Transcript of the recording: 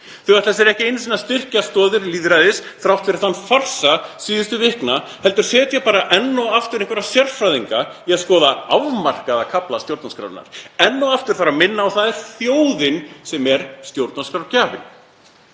Þau ætla sér ekki einu sinni að styrkja stoðir lýðræðis þrátt fyrir farsa síðustu vikna heldur setja bara enn og aftur einhverja sérfræðinga í að skoða afmarkaða kafla stjórnarskrárinnar. Enn og aftur þarf að minna á að það er þjóðin sem er stjórnarskrárgjafinn.